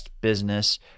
business